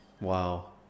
Wow